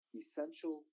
essential